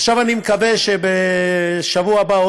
עכשיו אני מקווה שבשבוע הבא,